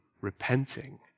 repenting